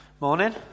Morning